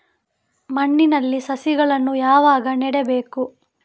ಮಣ್ಣಿನಲ್ಲಿ ಸಸಿಗಳನ್ನು ಯಾವಾಗ ನೆಡಬೇಕು?